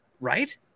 right